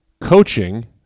coaching